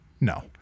no